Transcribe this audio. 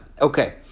Okay